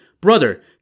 Brother